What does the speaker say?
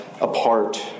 apart